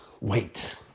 wait